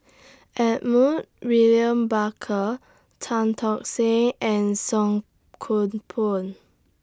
Edmund William Barker Tan Tock Seng and Song Koon Poh